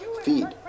feed